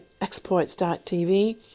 exploits.tv